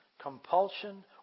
compulsion